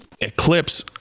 eclipse